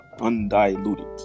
undiluted